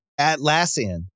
Atlassian